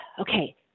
okay